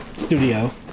Studio